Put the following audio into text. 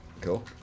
Cool